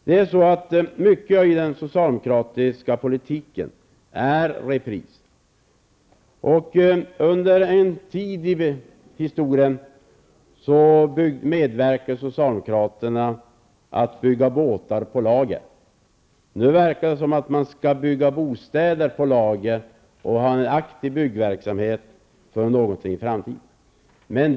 Mycket i den socialdemokratiska politiken är repris. Under en viss tid medverkade socialdemokraterna till byggandet av båtar på lager. Nu verkar det som om man vill bygga bostäder på lager och alltså ha en aktiv byggverksamhet för någonting i framtiden.